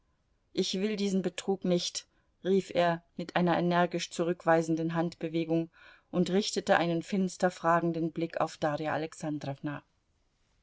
ich will diesen betrug nicht rief er mit einer energisch zurückweisenden handbewegung und richtete einen finster fragenden blick auf darja alexandrowna